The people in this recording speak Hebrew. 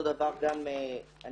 אני